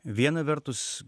viena vertus